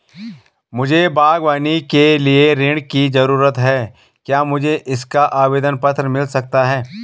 मुझे बागवानी के लिए ऋण की ज़रूरत है क्या मुझे इसका आवेदन पत्र मिल सकता है?